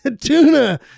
tuna